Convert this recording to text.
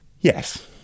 Yes